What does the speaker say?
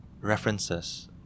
references